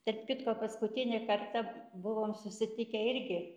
tarp kitko paskutinį kartą buvom susitikę irgi